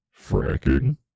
Fracking